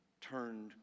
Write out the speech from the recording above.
turned